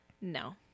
No